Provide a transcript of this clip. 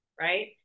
right